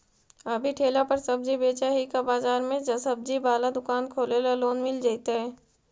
अभी ठेला पर सब्जी बेच ही का बाजार में ज्सबजी बाला दुकान खोले ल लोन मिल जईतै?